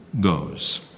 goes